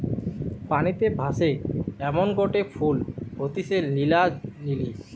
পানিতে ভাসে এমনগটে ফুল হতিছে নীলা লিলি